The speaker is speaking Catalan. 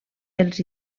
els